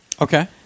Okay